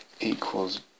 equals